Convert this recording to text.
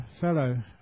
fellow